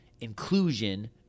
inclusion